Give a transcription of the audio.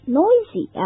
noisy